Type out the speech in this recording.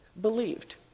believed